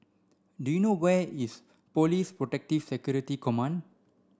do you know where is Police Protective Security Command